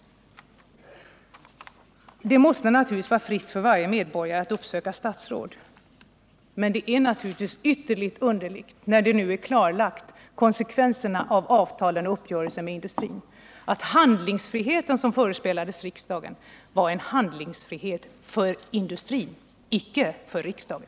Det måste naturligtvis vara fritt för varje medborgare att uppsöka statsråd, men det framstår som underligt, när konsekvenserna av avtalet och uppgörelsen med industrin nu är klarlagda, att den handlingsfrihet som förespeglades riksdagen var en handlingsfrihet för industrin, icke för riksdagen.